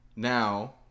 Now